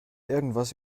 irgendwas